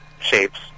shapes